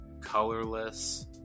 colorless